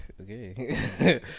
Okay